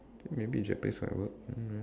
maybe Japanese might work um